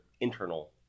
internal